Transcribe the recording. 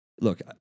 look